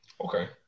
Okay